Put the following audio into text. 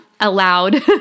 allowed